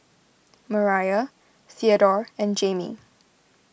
Mariah theadore and Jamey